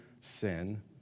sin